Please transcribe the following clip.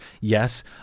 yes